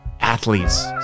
athletes